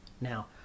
Now